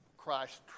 Christ